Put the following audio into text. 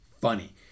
funny